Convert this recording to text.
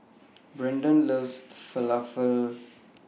Brandan loves Falafel